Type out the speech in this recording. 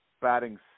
batting